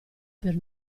per